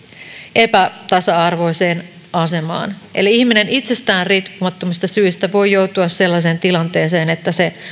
epätasa arvoiseen asemaan eli ihminen itsestään riippumattomista syistä voi joutua sellaiseen tilanteeseen että se